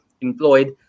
employed